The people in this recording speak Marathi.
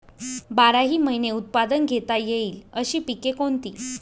बाराही महिने उत्पादन घेता येईल अशी पिके कोणती?